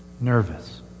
nervous